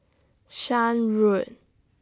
Shan Road